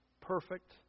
perfect